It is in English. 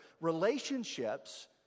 relationships